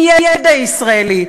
עם ידע ישראלי,